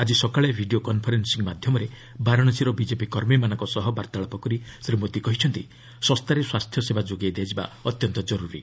ଆଜି ସକାଳେ video conferencing ମାଧ୍ୟମରେ ବାରାଣାସୀର ବିଜେପି କର୍ମୀମାନଙ୍କ ସହ ବାର୍ତ୍ତାଳାପ କରି ଶ୍ରୀ ମୋଦି କହିଛନ୍ତି ଶସ୍ତାରେ ସ୍ୱାସ୍ଥ୍ୟସେବା ଯୋଗାଇଦିଆଯିବା ଅତ୍ୟନ୍ତ ଜରୁରୀ